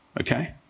Okay